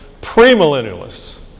premillennialists